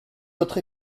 votre